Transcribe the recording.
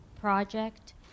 Project